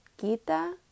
Gita